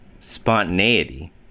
spontaneity